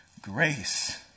grace